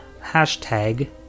hashtag